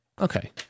Okay